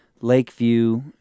Lakeview